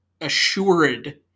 assured